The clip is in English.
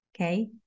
Okay